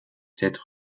cette